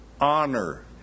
honor